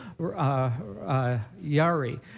Yari